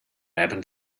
happened